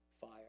fire